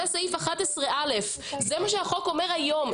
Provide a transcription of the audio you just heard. זה סעיף 11א. זה מה שהחוק אומר היום.